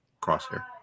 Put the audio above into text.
Crosshair